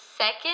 Second